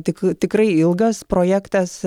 tik tikrai ilgas projektas